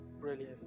Brilliant